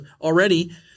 already